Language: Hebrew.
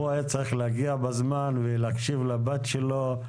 הוא היה צריך להגיע בזמן ולהקשיב לבת שלו.